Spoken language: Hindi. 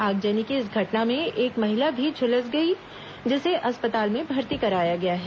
आगजनी की इस घटना में एक महिला भी झुलस गई है जिसे अस्पताल में भर्ती कराया गया है